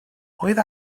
oedd